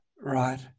Right